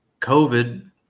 COVID